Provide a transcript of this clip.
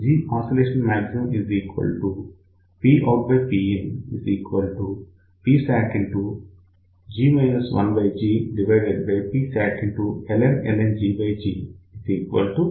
PoutPin PsatG 1GPsatln G GG 1ln G